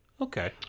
Okay